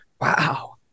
Wow